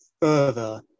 further